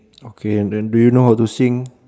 okay and then do you know how to sing